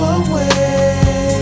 away